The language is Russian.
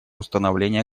установления